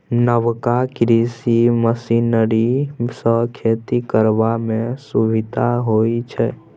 नबका कृषि मशीनरी सँ खेती करबा मे सुभिता होइ छै